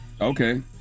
Okay